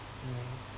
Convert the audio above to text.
yeah